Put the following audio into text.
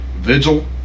Vigil